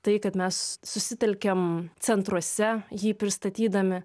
tai kad mes susitelkėm centruose jį pristatydami